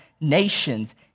nations